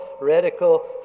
radical